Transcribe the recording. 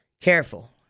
Careful